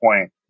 point